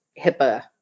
HIPAA